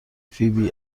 فیبی